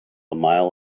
mile